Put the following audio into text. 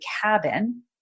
cabin